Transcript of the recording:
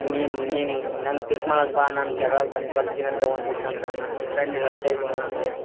ನನ್ನ ಪಿಕ್ ಮಾಡಕ್ಕೆ ಬಾ ನಾನು ಕೇರ್ಳಾಗೆ ಬಂದು ಬರ್ತೀನಂತ ಒಂದು ದಿವ್ಸ ಅಂತ ಅನ್ನ ನಮ್ಮ ಫ್ರೆಂಡ್ ಹೇಳ್ತಾಯಿದ್ದನು ನನಗೆ